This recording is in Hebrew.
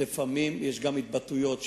לפעמים יש התבטאויות,